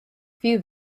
few